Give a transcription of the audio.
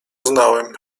znałem